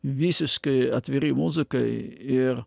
visiškai atviri muzikai ir